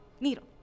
needle